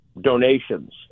donations